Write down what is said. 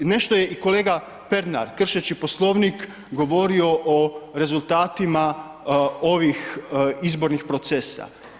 Nešto je i kolega Pernar, kršeći poslovnik, govorio o rezultatima ovih izbornih procesa.